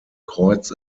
kreuz